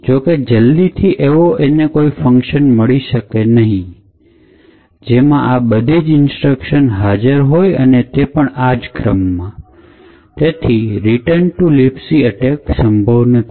જો કે જલ્દીથી એને એવો કોઈ ફંકશન ન મળી શકે કે જેમાં આ બધી જ ઇન્સ્ટ્રક્શન હાજર હોય અને તેથી return to Libc અટેક સંભવ નથી